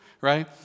right